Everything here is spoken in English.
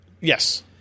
yes